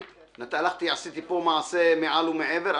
עשיתי פה מעשה מעל ומעבר.